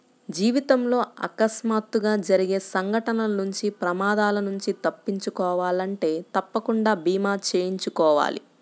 జీవితంలో అకస్మాత్తుగా జరిగే సంఘటనల నుంచి ప్రమాదాల నుంచి తప్పించుకోవాలంటే తప్పకుండా భీమా చేయించుకోవాలి